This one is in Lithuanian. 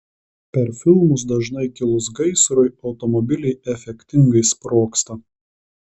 per filmus dažnai kilus gaisrui automobiliai efektingai sprogsta